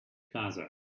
plaza